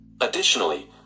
Additionally